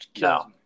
No